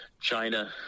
China